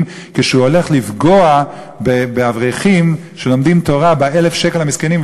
כשהוא הולך לפגוע באברכים שלומדים תורה ב-1,000 שקל המסכנים.